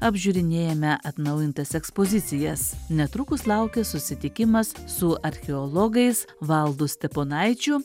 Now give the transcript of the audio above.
apžiūrinėjame atnaujintas ekspozicijas netrukus laukia susitikimas su archeologais valdu steponaičiu